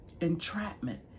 entrapment